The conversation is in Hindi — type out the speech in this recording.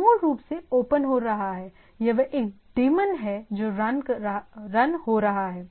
यह मूल रूप से ओपन हो रहा है या वह एक डेमन है जो रन रहा है